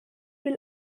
will